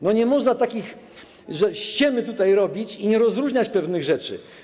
Nie można takiej ściemy tutaj robić i nie rozróżniać pewnych rzeczy.